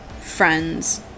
friends